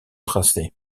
tracé